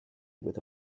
with